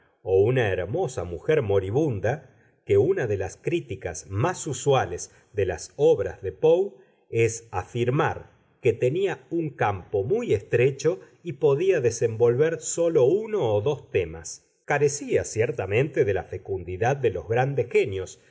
o una hermosa mujer moribunda que una de las críticas más usuales de las obras de poe es afirmar que tenía un campo muy estrecho y podía desenvolver sólo uno o dos temas carecía ciertamente de la fecundidad de los grandes genios